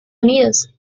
unidos